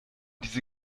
diese